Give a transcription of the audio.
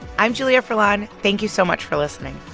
i'm julia furlan. thank you so much for listening